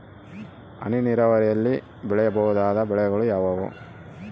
ಹನಿ ನೇರಾವರಿಯಲ್ಲಿ ಬೆಳೆಯಬಹುದಾದ ಬೆಳೆಗಳು ಯಾವುವು?